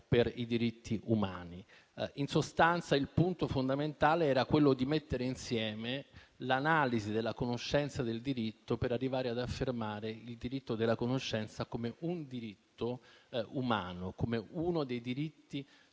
per i diritti umani. In sostanza, il punto fondamentale era quello di mettere insieme l'analisi della conoscenza del diritto per arrivare ad affermare il diritto della conoscenza come un diritto umano, come uno dei diritti